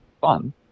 fun